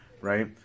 right